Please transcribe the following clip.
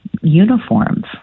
uniforms